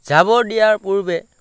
যাব দিয়াৰ পূৰ্বে